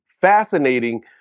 fascinating